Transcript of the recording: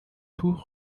tuch